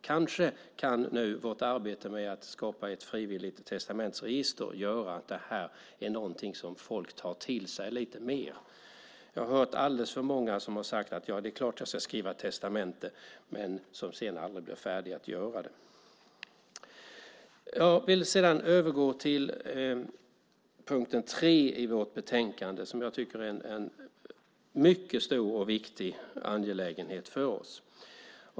Kanske kan vårt arbete med att skapa ett frivilligt testamentsregister göra att detta är något som folk tar till sig lite mer. Jag har hört alldeles för många som har sagt att det är klart att de ska skriva testamente, men som aldrig blir färdiga att göra det. Sedan vill jag övergå till punkt 3 i vårt betänkande. Jag tycker att det är en mycket stor och viktig angelägenhet för oss.